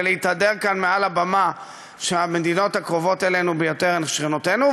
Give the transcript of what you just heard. ולהתהדר כאן מעל לבמה שהמדינות הקרובות אלינו ביותר הן שכנותינו,